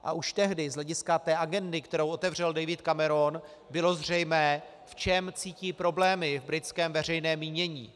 A už tehdy z hlediska té agendy, kterou otevřel David Cameron, bylo zřejmé, v čem cítí problémy v britském veřejném mínění.